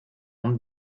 honte